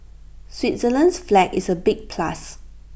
Switzerland's flag is A big plus